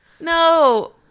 No